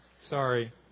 Sorry